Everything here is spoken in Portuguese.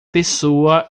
pessoa